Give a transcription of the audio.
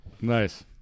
Nice